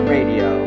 Radio